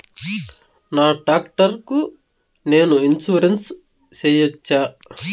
నా టాక్టర్ కు నేను ఇన్సూరెన్సు సేయొచ్చా?